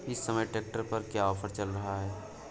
इस समय ट्रैक्टर पर क्या ऑफर चल रहा है?